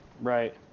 Right